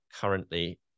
currently